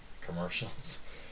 commercials